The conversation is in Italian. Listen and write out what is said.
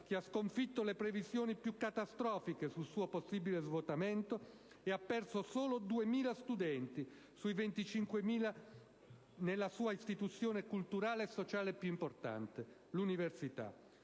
che ha sconfitto le previsioni più catastrofiche sul suo possibile svuotamento ed ha perso solo 2.000 studenti su 25.000 nella sua istituzione culturale e sociale più importante, l'università.